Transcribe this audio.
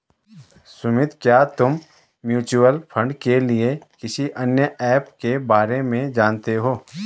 सुमित, क्या तुम mutual fund के लिए किसी अन्य ऐप के बारे में जानते हो?